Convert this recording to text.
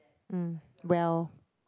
mm well